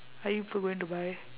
are you going to buy